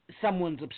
someone's